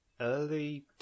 early